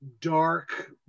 dark